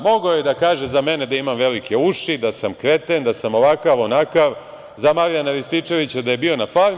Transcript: Mogao je da kaže za mene da imam velike uši, da sam kreten, da sam ovakav, onakav, za Marijana Rističevića da je bio na farmi.